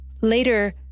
Later